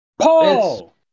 Paul